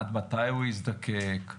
עד מתי הוא יזדקק?